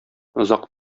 озак